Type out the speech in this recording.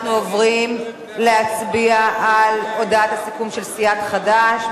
אנחנו עוברים להצביע על הודעת הסיכום של סיעת חד"ש.